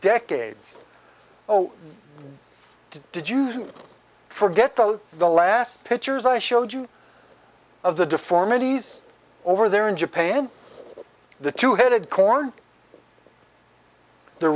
decades oh did you forget though the last pictures i showed you of the deformities over there in japan the two headed corn the